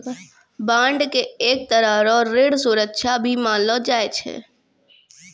bond के एक तरह रो ऋण सुरक्षा भी मानलो जाय छै